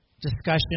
discussion